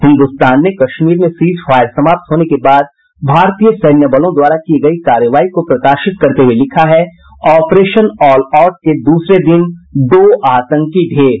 हिन्दुस्तान ने कश्मीर में ceasefire समाप्त होने के बाद भारतीय सैन्य बलों द्वारा की गयी कार्रवाई को प्रकाशित करते हुये लिखा है ऑपरेशन ऑल आउट के दूसरे दिन दो आतंकी ढ़ेर